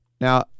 Now